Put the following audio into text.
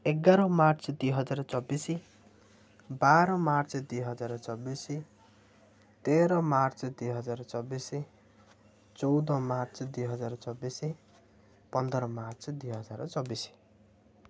ଏଗାର ମାର୍ଚ୍ଚ ଦୁଇ ହଜାର ଚବିଶ ବାର ମାର୍ଚ୍ଚ ଦୁଇ ହଜାର ଚବିଶ ତେର ମାର୍ଚ୍ଚ ଦୁଇ ହଜାର ଚବିଶ ଚଉଦ ମାର୍ଚ୍ଚ ଦୁଇ ହଜାର ଚବିଶ ପନ୍ଦର ମାର୍ଚ୍ଚ ଦୁଇ ହଜାର ଚବିଶ